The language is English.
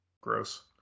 Gross